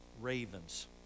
Ravens